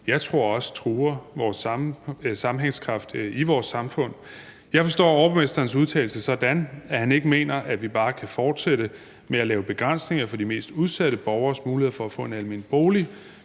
jeg også tror truer sammenhængskraften i vores samfund. Jeg forstår overborgmesterens udtalelse sådan, at han ikke mener, at vi bare kan fortsætte med at lave begrænsninger for de mest udsatte borgeres muligheder for at få en almen bolig.